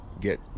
get